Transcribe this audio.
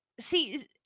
See